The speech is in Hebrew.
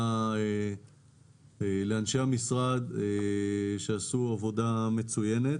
לאנשי המשרד שעשו עבודה מצוינת.